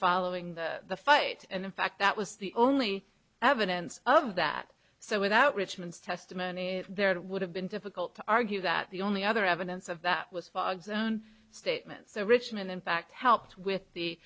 following the fight and in fact that was the only evidence of that so without richmond's testimony there it would have been difficult to argue that the only other evidence of that was fogg's own statements richmond in fact helped with the